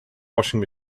washing